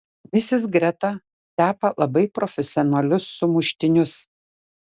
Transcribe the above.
misis greta tepa labai profesionalius sumuštinius